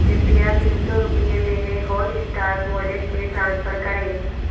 कृपया तीन सौ रुपये मेरे हॉटइस्टार वॉलेट में ट्रांसफ़र करें